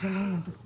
זה לא עניין תקציבי.